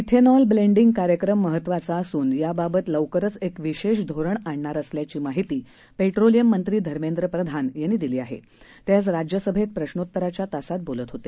थिनॉल blending कार्यक्रम महत्त्वाचा असून याबाबत लवकरच एक विशेष धोरण आणणार असल्याची माहिती पेट्रोलियममंत्री धर्मेद्र प्रधान यांनी दिली ते आज राज्यसभेत प्रश्नोत्तराच्या तासात बोलत होते